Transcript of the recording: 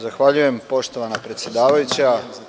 Zahvaljujem poštovana predsedavajuća.